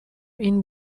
این